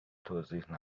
توضیح